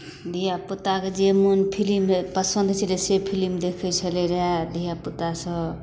धियापुताके जे मोन फिलिम पसन्द छलै से फिलिम देखै छलै रहए धियापुतासभ